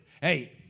hey